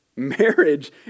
Marriage